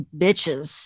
bitches